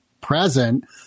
present